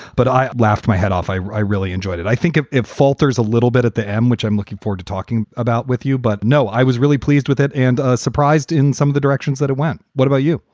but i laughed my head off. i i really enjoyed it. i think it falters a little bit at the end, which i'm looking forward to talking about with you. but no, i was really pleased with it and surprised in some of the directions that it went. what about you?